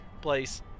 place